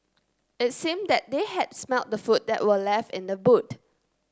it seemed that they had smelt the food that were left in the boot